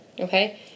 okay